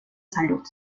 salud